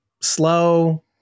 slow